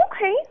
Okay